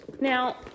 Now